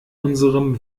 unserem